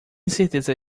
certeza